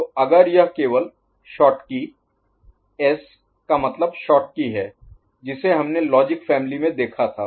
तो अगर यह केवल Schottky S का मतलब Schottky है जिसे हमने लॉजिक फॅमिली में देखा था